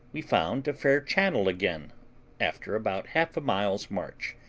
we found a fair channel again after about half a mile's march,